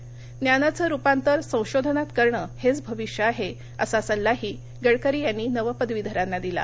ज्ञानाचं रुपांतर संशोधनात करण हेच भविष्य आहे असा सल्लाही गडकरी यांनी नवपदवीधरांना दिला